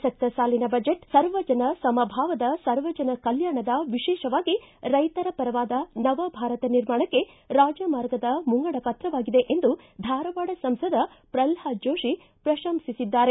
ಪ್ರಸಕ್ತ ಸಾಲಿನ ಬಜೆಟ್ ಸರ್ವಜನ ಸಮಭಾವದ ಸರ್ವಜನ ಕಲ್ನಾಣದ ವಿಶೇಷವಾಗಿ ರೈಶರ ಪರವಾದ ನವಭಾರತ ನಿರ್ಮಾಣಕ್ಕೆ ರಾಜಮಾರ್ಗದ ಮುಂಗಡ ಪ್ರವಾಗಿದೆ ಎಂದು ಧಾರವಾಡ ಸಂಸದ ಪ್ರಲ್ವಾದ್ ಜೋಶಿ ಪ್ರಶಂಸಿಸಿದ್ದಾರೆ